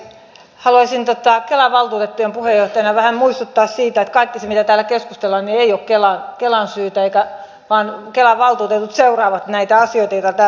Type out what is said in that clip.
haluaisin kelan valtuutettujen puheenjohtajana vähän muistuttaa siitä että kaikki se mitä täällä keskustellaan ei ole kelan syytä vaan kelan valtuutetut seuraavat näitä asioita joita täällä on keskusteltu